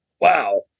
wow